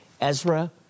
Ezra